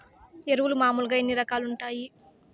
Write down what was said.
ఎరువులు మామూలుగా ఎన్ని రకాలుగా వుంటాయి?